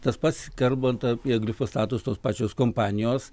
tas pats kalbant apie glifostatus tos pačios kompanijos